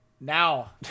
now